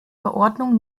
verordnung